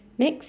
next